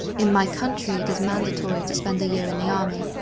in my country, it is mandatory to spend a year in the army,